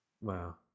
Wow